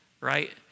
right